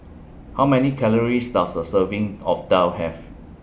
How Many Calories Does A Serving of Daal Have